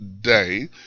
day